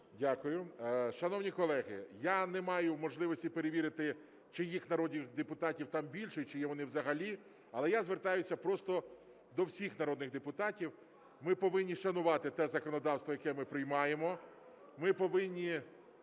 Дякую. Шановні колеги, я не маю можливості перевірити, чиїх народних депутатів там більше, чи є вони взагалі. Але я звертаюся просто до всіх народних депутатів, ми повинні шанувати те законодавство, яке ми приймаємо,